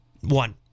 One